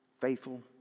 faithful